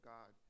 God